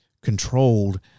controlled